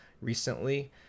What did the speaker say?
recently